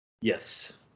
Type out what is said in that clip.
Yes